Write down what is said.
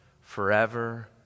forever